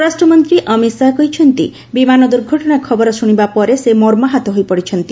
ସ୍ୱରାଷ୍ଟ୍ରମନ୍ତ୍ରୀ ଅମିତ ଶାହା କହିଛନ୍ତି ବିମାନ ଦୁର୍ଘଟଣା ଖବର ଶୁଣିବା ପରେ ସେ ମର୍ମାହତ ହୋଇ ପଡ଼ିଛନ୍ତି